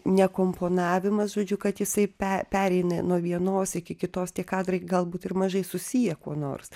nekomponavimas žodžiu kad jisai pe pereina nuo vienos iki kitos tie kadrai galbūt ir mažai susiję kuo nors